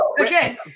Okay